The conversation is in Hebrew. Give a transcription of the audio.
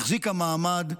החזיקה מעמד,